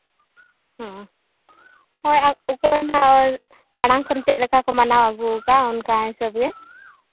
ᱦᱚᱸ ᱟᱨ ᱚᱠᱚᱭ ᱱᱟᱦᱟᱸᱜ ᱢᱟᱲᱟᱝ ᱠᱷᱚᱱ ᱪᱮᱫ ᱞᱮᱠᱟ ᱠᱚ ᱢᱟᱱᱟᱣ ᱟᱹᱜᱩ ᱞᱟᱜᱼᱟ ᱚᱱᱠᱟ ᱦᱤᱥᱟᱹᱵᱽ ᱜᱮ